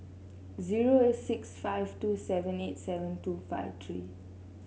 zero six five two seven eight seven two five three